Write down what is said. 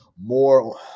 more